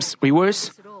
rewards